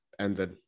ended